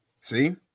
see